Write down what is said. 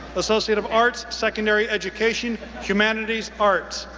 associate of arts, secondary education, humanities arts.